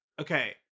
Okay